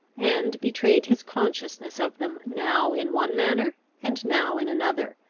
and betrayed his consciousness of them now in one manner, and now in another,